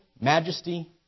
majesty